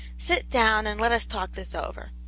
sit down and let us talk this over.